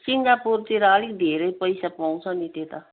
सिङ्गापुरतिर अलिक धेरै पैसा पाउँछ नि त्यता